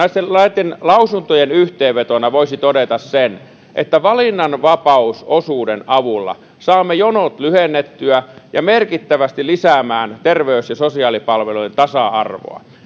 näitten lausuntojen yhteenvetona voisi todeta sen että valinnanvapausosuuden avulla saamme jonot lyhennettyä ja merkittävästi lisättyä terveys ja sosiaalipalvelujen tasa arvoa